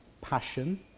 passion